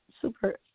super –